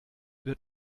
wird